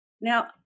Now